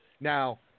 now